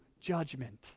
judgment